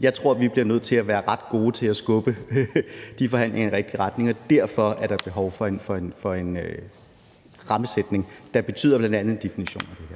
Jeg tror, vi bliver nødt til at være ret gode til at skubbe de forhandlinger i den rigtige retning, og derfor er der behov for en rammesætning, der betyder, at der bl.a. skal være en definition på det.